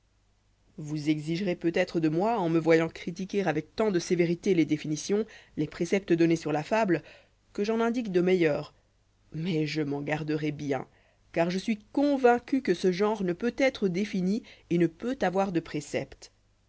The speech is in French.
vous exigerez peut-être de moi en me voyant critiquer avec tant de sévérité les définitions les préceptes donnés v sur la fable que j'en indique demeilleurs mais je m'en garderai bien car je suis convaincu que ce genre ne peut être défini et ne peut avoir de préceptes